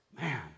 Man